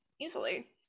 easily